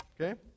Okay